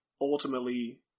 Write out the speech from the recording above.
ultimately